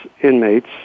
inmates